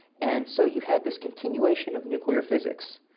and so you had this continuation of nuclear physics,